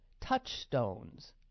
touchstones